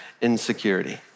insecurity